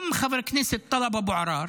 גם חבר הכנסת טלב אבו עראר,